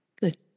Good